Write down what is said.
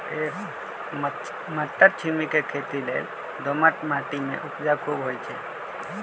मट्टरछिमि के खेती लेल दोमट माटी में उपजा खुब होइ छइ